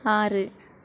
ஆறு